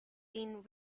been